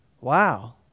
Wow